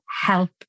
help